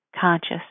conscious